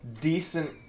decent